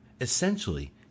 Essentially